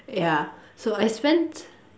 ya so I spent